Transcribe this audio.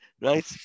Right